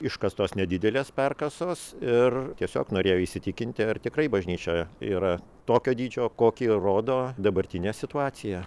iškastos nedidelės perkasos ir tiesiog norėjau įsitikinti ar tikrai bažnyčia yra tokio dydžio kokį rodo dabartinė situacija